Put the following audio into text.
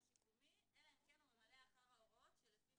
שיקומי אלא אם כן הוא ממלא אחר ההוראות שלפי